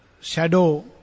shadow